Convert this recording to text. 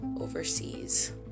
overseas